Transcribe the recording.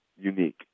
unique